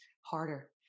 harder